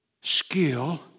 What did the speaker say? skill